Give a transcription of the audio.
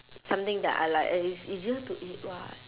something that I like and it's easier to eat [what]